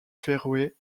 féroé